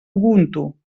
ubuntu